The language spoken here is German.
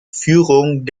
führung